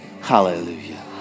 Hallelujah